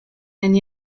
and